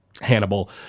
Hannibal